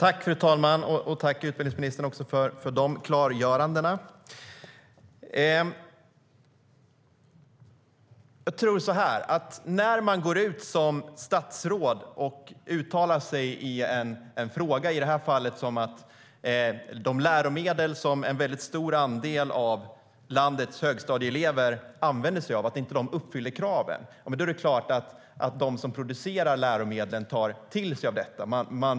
Fru talman! Tack, utbildningsministern, för de klargörandena! Jag tror så här: Ett statsråd går ut och uttalar sig i en fråga. I det här fallet handlar det om att de läromedel som en väldigt stor andel av landets högstadieelever använder sig av inte uppfyller kraven. Då är det klart att de som producerar läromedlen tar till sig av detta.